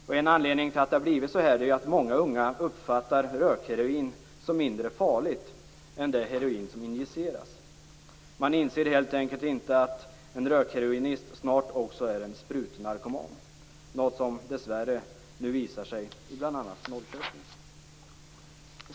En anledning till att det har blivit så här är att många unga uppfattar rökheroinet som mindre farligt än det heroin som injiceras. Man inser helt enkelt inte att en rökheroinist snart också är en sprutnarkoman - något som dessvärre nu visar sig i bl.a. Norrköping.